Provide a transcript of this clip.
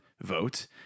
vote